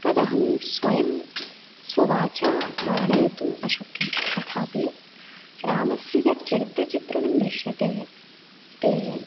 तदहं स्वयं स्ववाचा वर्णयितुम् अशक्यम् तथापि रामस्य यत् चरित्रचित्रणं दृश्यते ते